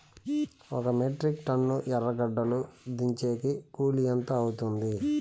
ఒక metric ton ఎర్రగడ్డలు దించేకి కూలి ఎంత అవుతుంది?